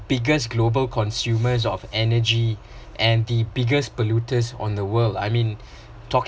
biggest global consumer of energy and the biggest polluters on the world I meant talk